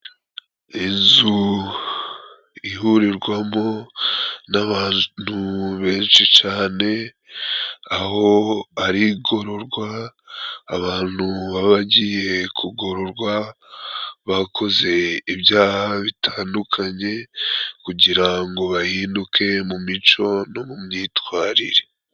Inzu ihurirwamo n'abantu benshi cane, aho ari igororwa, abantu baba bagiye kugororwa, bakoze ibyaha bitandukanye kugira ngo bahinduke mu mico no mu myitwarire.